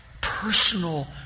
personal